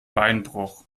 beinbruch